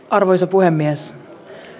arvoisa puhemies